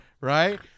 right